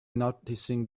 noticing